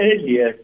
earlier